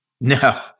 No